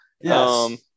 Yes